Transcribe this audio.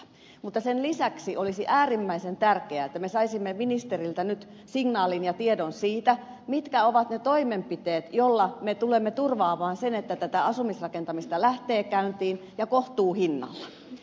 mutta sen lisäksi olisi äärimmäisen tärkeää että me saisimme ministeriltä nyt signaalin ja tiedon siitä mitkä ovat ne toimenpiteet joilla me tulemme turvaamaan sen että tätä asumisrakentamista lähtee käyntiin ja kohtuuhinnalla